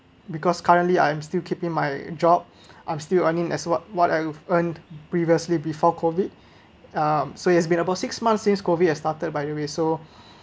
because currently I'm still keeping my job I'm still earning as what what I've earned previously before COVID um so it has been about six months since COVID had started by the way so